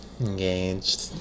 Engaged